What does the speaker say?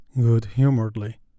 good-humouredly